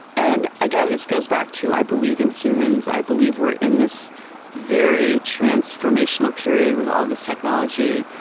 and again, this goes back to i believe in humans, i believe we're in this very transformational period with all this technology,